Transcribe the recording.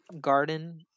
garden